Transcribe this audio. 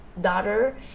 daughter